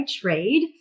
trade